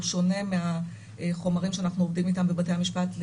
הוא שונה מהחומרים שאנחנו עובדים איתם בבתי המשפט,